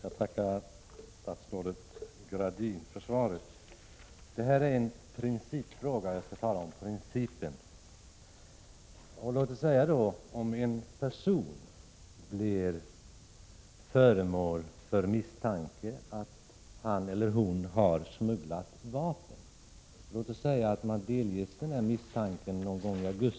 Fru talman! Jag tackar statsrådet Gradin för svaret. 2 april 1987 Det här är en principfråga. Låt oss säga att en person blir någon gång i augusti 1985 föremål för misstanke att hon eller han har smugglat vapen. En förundersökning sätts i gång.